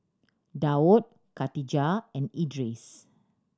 Daud Khatijah and Idris